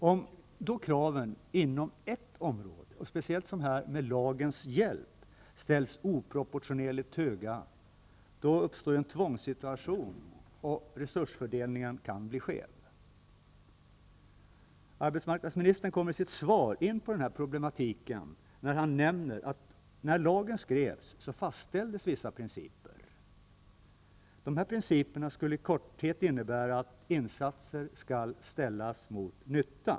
Om kraven inom ett område, och speciellt inom det område som det här är fråga om, med lagens hjälp blir oproportionerligt höga, uppstår en tvångssituation. Resursfördelningen kan då bli skev. Arbetsmarknadsministern kommer i sitt svar in på den här problematiken i och med att han nämner att vissa principer fastställdes när lagen skrevs. De här principerna skulle, kortfattat uttryckt, innebära att insatser skall ställas mot nytta.